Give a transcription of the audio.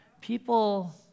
People